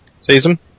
season